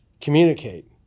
communicate